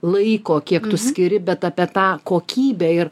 laiko kiek tu skiri bet apie tą kokybę ir